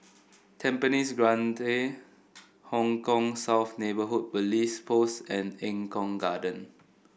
Tampines Grande Hong Kah South Neighbourhood Police Post and Eng Kong Garden